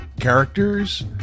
characters